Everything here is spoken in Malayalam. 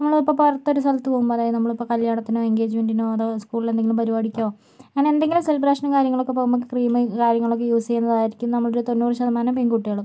നമ്മള് ഇപ്പോൾ പുറത്ത് ഒരു സ്ഥലത്ത് പോകുമ്പോൾ അതായത് നമ്മള് ഇപ്പോൾ കല്യാണത്തിനോ എൻഗേജ്മെൻറ്റിനോ സ്കൂളില് എന്തെങ്കിലും പരുപാടിക്കോ അങ്ങനെ എന്തെങ്കിലും സെലിബ്രേഷനോ കാര്യങ്ങൾക്ക് ഒക്കെ പോകുമ്പോൾ ക്രീമും കാര്യങ്ങളും ഒക്കെ യൂസ് ചെയ്യുന്നവരായിരിക്കും നമ്മളില് ഒരു തൊണ്ണൂറ് ശതമാനം പെൺകുട്ടികളും